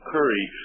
Curry